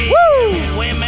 Woo